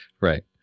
right